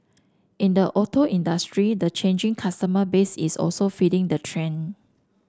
in the auto industry the changing customer base is also feeding the trend